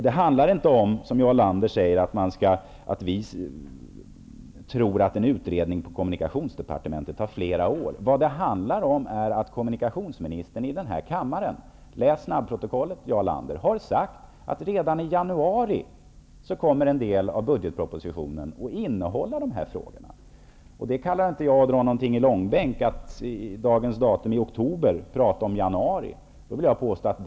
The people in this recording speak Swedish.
Det är inte så, som Jarl Lander säger, att vi tror att en utredning på kommunikationsdepartementet tar flera år. Vad det handlar om är att kommunikationsministern i denna kammare -- läs snabbprotokollet, Jarl Lander! -- har sagt att budgetpropositionen i januari kommer att behandla dessa frågor. Jag kallar det inte att dra frågor i långbänk om man i dag, i november, talar om något som skall ske i januari.